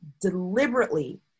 deliberately